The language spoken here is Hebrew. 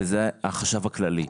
וזה החשב הכללי.